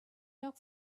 york